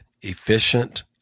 efficient